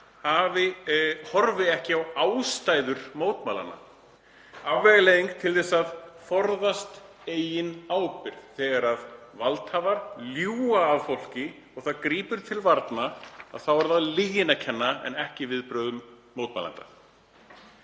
horfi ekki á ástæður mótmælanna, afvegaleiðing til að forðast eigin ábyrgð. Þegar valdhafar ljúga að fólki og það grípur til varna er það lyginni að kenna en ekki viðbrögðum mótmælenda.